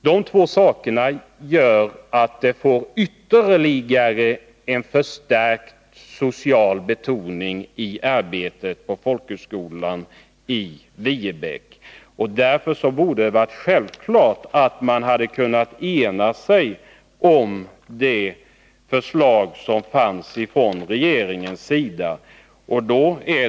Dessa båda saker gör att verksamheten på folkhögskolan i Viebäck får en förstärkt social profil. Därför hade det varit klart motiverat att man hade kunnat ena sig om det förslag som förelåg från regeringen.